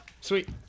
Sweet